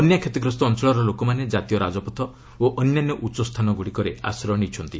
ବନ୍ୟା କ୍ଷତିଗ୍ରସ୍ତ ଅଞ୍ଚଳର ଲୋକମାନେ ଜାତୀୟ ରାଜପଥ ଓ ଅନ୍ୟାନ୍ୟ ଉଚ୍ଚସ୍ଥାନ ଗୁଡ଼ିକରେ ଆଶ୍ରୟ ନେଇଛନ୍ତି